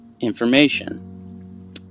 information